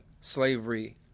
slavery